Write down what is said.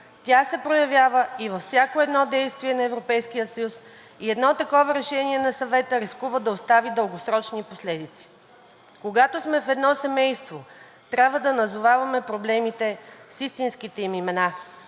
Тя се проявява и във всяко едно действие на Европейския съюз и едно такова решение на Съвета рискува да остави дългосрочни последици. Когато сме в едно семейство, трябва да назоваваме проблемите с истинските им имена.